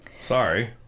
Sorry